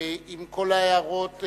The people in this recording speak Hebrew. עם כל ההערות.